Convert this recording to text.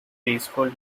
baseball